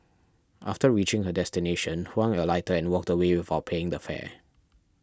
after reaching her destination Huang alighted and walked away without paying the fare